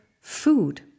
food